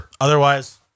otherwise